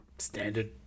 standard